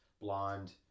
blonde